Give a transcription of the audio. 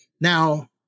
Now